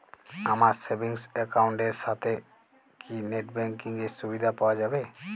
আমার savings account এর সাথে কি নেটব্যাঙ্কিং এর সুবিধা পাওয়া যাবে?